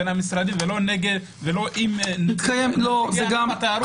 בין המשרדים ולא עם נציגי ענף התיירות.